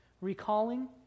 recalling